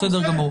כן.